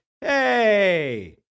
hey